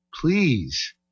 Please